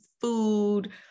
food